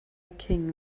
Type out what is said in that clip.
king